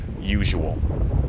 usual